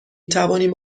توانیم